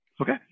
Okay